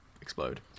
explode